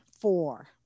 four